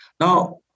Now